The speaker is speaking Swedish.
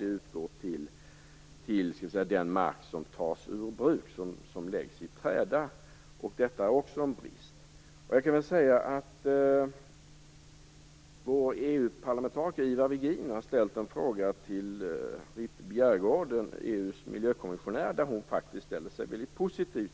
Det utgår till den mark som tas ur bruk, som läggs i träda, och detta är också en brist. Vår EU-parlamentariker Ivar Virgin har ställt en fråga till Ritt Bjerregaard, EU:s miljökommissionär. I svaret ställer hon sig väldigt positiv